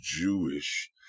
Jewish